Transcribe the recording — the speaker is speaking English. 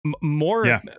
more